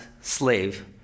slave